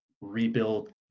rebuild